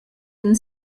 and